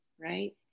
Right